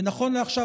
ונכון לעכשיו,